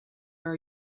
are